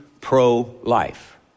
pro-life